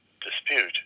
dispute